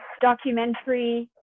documentary